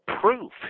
proof